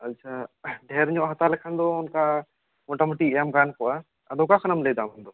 ᱟᱪᱪᱷᱟ ᱰᱷᱮᱨ ᱧᱚᱜ ᱦᱟᱛᱟᱣ ᱞᱮᱠᱷᱟᱱ ᱫᱚ ᱚᱱᱠᱟ ᱢᱳᱴᱟᱢᱩᱴᱤ ᱮᱢ ᱜᱟᱱ ᱠᱚᱜᱼᱟ ᱟᱫᱚ ᱚᱠᱟ ᱠᱷᱚᱱᱟᱜ ᱮᱢ ᱞᱟᱹᱭᱮᱫᱟ ᱟᱢ ᱫᱚ